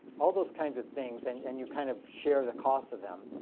all those kinds of things. and and you kind of share the cost of them.